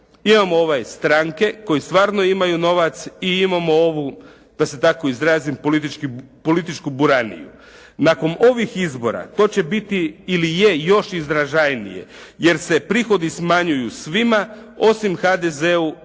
… stranke koji stvarno imaju novac i imamo ovu da se tako izrazim političku buraniju. Nakon ovih izbora to će biti ili je još izražajnije jer se prihodi smanjuju svima osim HDZ-u